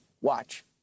Watch